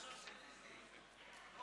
לא